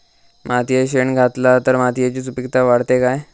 मातयेत शेण घातला तर मातयेची सुपीकता वाढते काय?